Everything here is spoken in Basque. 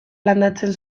landatzen